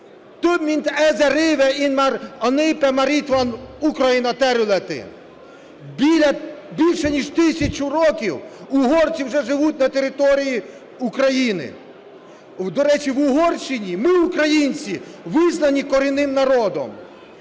Більше ніж тисячу років угорці вже живуть на території України. До речі, в Угорщині, ми, українці, визнані корінним народом.